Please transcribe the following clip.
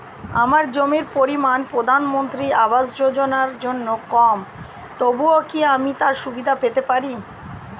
আমার জমির পরিমাণ প্রধানমন্ত্রী আবাস যোজনার জন্য কম তবুও কি আমি তার সুবিধা পেতে পারি?